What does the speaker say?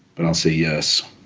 but i'll say yes.